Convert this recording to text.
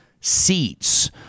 seats